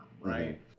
right